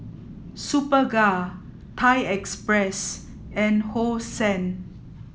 Superga Thai Express and Hosen